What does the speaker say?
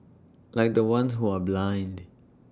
like the ones who are blind